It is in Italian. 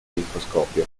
microscopio